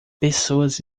pessoas